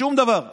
שום דבר.